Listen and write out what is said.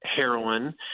heroin